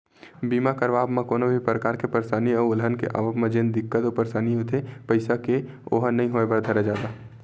बीमा करवाब म कोनो भी परकार के परसानी अउ अलहन के आवब म जेन दिक्कत अउ परसानी होथे पइसा के ओहा नइ होय बर धरय जादा